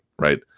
right